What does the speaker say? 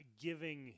giving